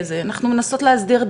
סליחה על ההחפצה,